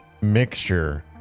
mixture